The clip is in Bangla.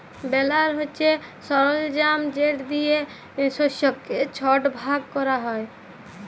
বেলার হছে সরলজাম যেট লিয়ে শস্যকে ছট ভাগ ক্যরা হ্যয়